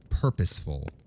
purposeful